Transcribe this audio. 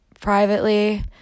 privately